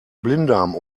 blinddarm